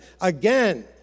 again